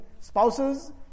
spouses